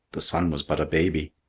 the son was but a baby.